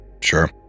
Sure